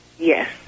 Yes